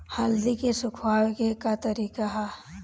हल्दी के सुखावे के का तरीका ह?